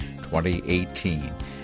2018